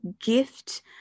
gift